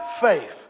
faith